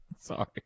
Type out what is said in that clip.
Sorry